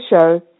Show